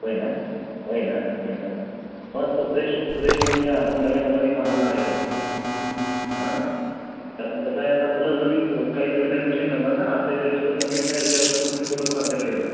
होय ना होय ना होय ना मस्त फ्रेश होऊ फ्रेश होऊन या आपण नव्या दमाने कामाला लागायचं आहे आता आपण हां कारण कसं आहे आता मुलं नवीन काही नवीन ॲडमिशन राहणार ना आपल्या शाळेचे संबंधित नाही अशी असंबंधित मुलं पण आपल्याकडे येणार